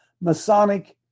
Masonic